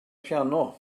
piano